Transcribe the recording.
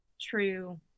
true